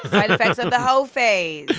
side effects of the hoe phase.